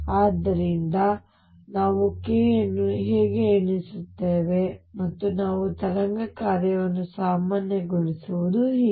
ಆದ್ದರಿಂದ ನಾವು k ಅನ್ನು ಹೇಗೆ ಎಣಿಸುತ್ತೇವೆ ಮತ್ತು ನಾವು ತರಂಗ ಕಾರ್ಯವನ್ನು ಸಾಮಾನ್ಯಗೊಳಿಸುವುದು ಹೀಗೆ